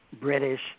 British